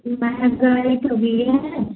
बारह तभी है